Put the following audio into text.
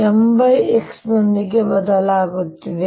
ಇಲ್ಲಿ My X ನೊಂದಿಗೆ ಬದಲಾಗುತ್ತಿದೆ